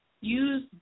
use